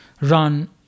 run